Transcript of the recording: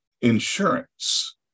insurance